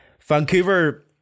Vancouver